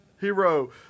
hero